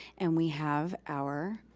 and we have our